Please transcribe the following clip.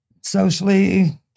socially